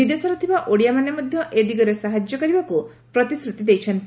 ବିଦେଶରେ ଥିବା ଓଡିଆ ମାନେ ମଧ୍ଧ ଏ ଦିଗରେ ସାହାଯ୍ୟ କରିବାକୁ ପ୍ରତିଶ୍ରୁତି ଦେଇଛନ୍ତି